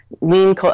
Lean